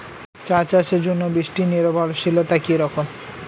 চা চাষের জন্য বৃষ্টি নির্ভরশীলতা কী রকম?